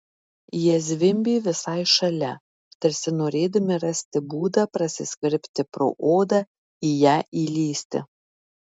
jie zvimbė visai šalia tarsi norėdami rasti būdą prasiskverbti pro odą į ją įlįsti